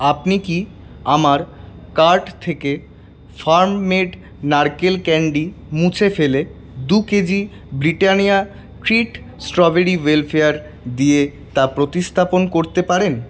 আপনি কি আমার কার্ট থেকে ফার্ম মেড নারকেল ক্যান্ডি মুছে ফেলে দু K G Britannia treat strawberry wafer দিয়ে তা প্রতিস্থাপন করতে পারেন